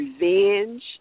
revenge